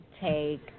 take